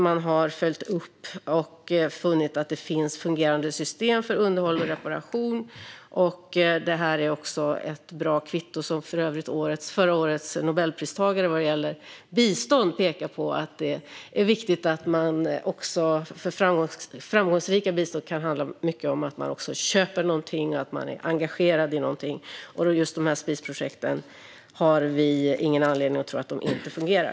Man har följt upp och funnit att det finns fungerande system för underhåll och reparation. Det här är ett också ett bra kvitto på det som för övrigt förra årets Nobelpristagare vad gäller bistånd pekar på: att det för ett framgångsrikt bistånd kan handla om att man köper och är engagerad i någonting. Just de här spisprojekten har vi ingen anledning att tro att de inte fungerar.